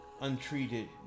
untreated